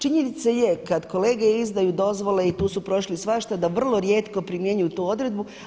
Činjenica je kad kolege izdaju dozvole i tu su prošli svašta da vrlo rijetko primjenjuju tu odredbu.